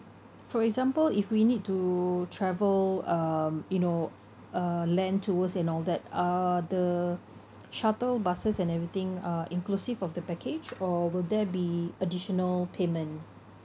for example if we need to travel um you know uh land towards and all that uh the shuttle buses and everything are inclusive of the package or will there be additional payment